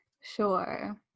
Sure